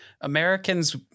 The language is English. Americans